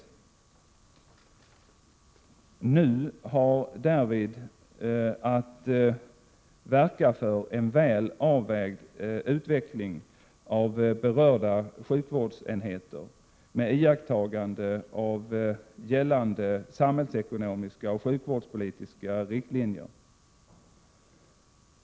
NUU har därvid att verka för en väl avvägd utveckling av berörda sjukvårdsenheter med iakttagande av gällande samhällsekonomiska och sjukvårdspolitiska riktlinjer.